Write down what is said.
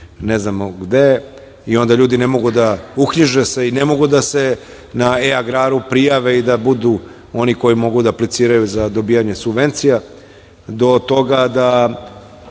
ne znamo gde i onda ljudi ne mogu da se uknjiže i ne mogu da se na e-agraru prijave i ne mogu da budu oni koji mogu da apliciraju za dobijanje subvencija,